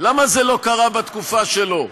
למה זה לא קרה בתקופה שלו.